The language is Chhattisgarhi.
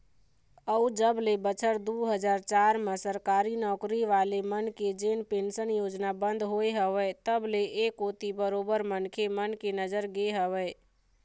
अउ जब ले बछर दू हजार चार म सरकारी नौकरी वाले मन के जेन पेंशन योजना बंद होय हवय तब ले ऐ कोती बरोबर मनखे मन के नजर गे हवय